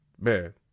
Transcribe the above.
man